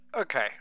Okay